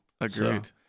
Agreed